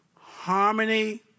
harmony